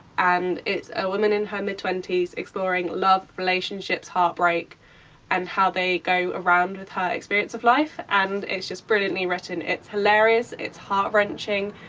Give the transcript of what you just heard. and it's a woman in her mid twenty s exploring love, relationships, heartbreak and how they go around with her experience of life. and it's just brilliantly written. it's hilarious. it's heart-wrenching.